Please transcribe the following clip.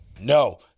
no